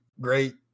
great